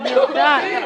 נכון?